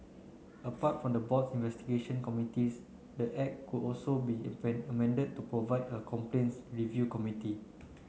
apart from the board's investigation committees the act could also be amended to provide for a complaints review committee